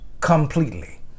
completely